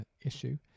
issue